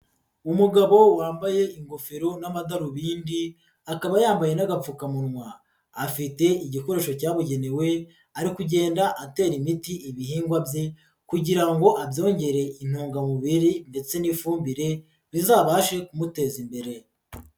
Umugabo wambaye ingofero n'amadarubindi, akaba yambaye n'agapfukamunwa, afite igikoresho cyabugenewe, ari kugenda atera imiti ibihingwa bye kugira ngo abyongere intungamubiri ndetse n'ifumbire, bizabashe kumuteza imbere.